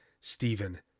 Stephen